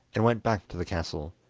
and went back to the castle,